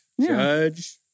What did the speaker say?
Judge